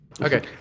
Okay